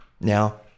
Now